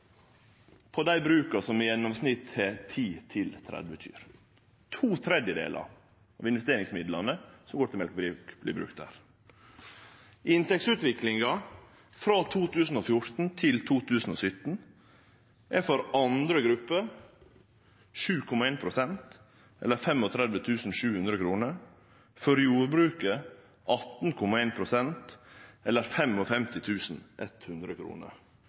på dei bruka som i gjennomsnitt har 10–30 kyr. To tredjedelar av investeringsmidlane som går til mjølkebruk, vert brukte der. Inntektsutviklinga frå 2014 til 2017 er for andre grupper 7,1 pst. eller 35 700 kr, for jordbruket 18,1 pst. eller 55 100 kr. Dersom ein